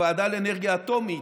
הוועדה לאנרגיה אטומית,